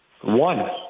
One